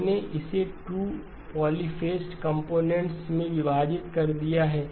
मैंने इसे 2 polyphase components में विभाजित कर दिया हैं